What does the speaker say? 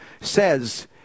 says